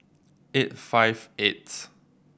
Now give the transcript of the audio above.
eight five eighth